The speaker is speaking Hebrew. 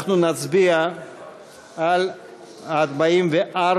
אנחנו נצביע על 44,